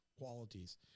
qualities